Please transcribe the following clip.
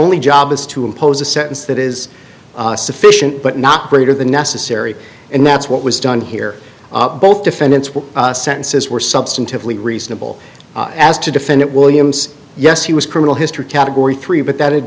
only job is to impose a sentence that is sufficient but not greater than necessary and that's what was done here both defendants were sentences were substantively reasonable as to defend it williams yes he was criminal history category three but that